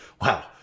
wow